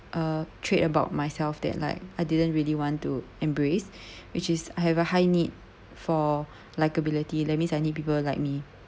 a trait about myself that like I didn't really want to embrace which is I have a high need for likeability that means I need people like me